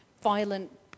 violent